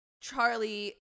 charlie